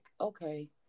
okay